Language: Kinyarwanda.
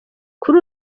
kuri